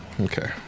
okay